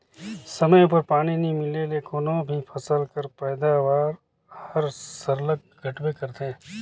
समे उपर पानी नी मिले ले कोनो भी फसिल कर पएदावारी हर सरलग घटबे करथे